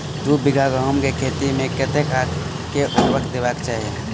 दु बीघा गहूम केँ खेत मे कतेक आ केँ उर्वरक देबाक चाहि?